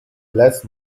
bless